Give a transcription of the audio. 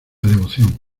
devoción